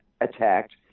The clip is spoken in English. attacked